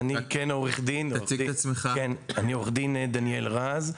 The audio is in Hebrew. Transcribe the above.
אני עורך דין דניאל רז,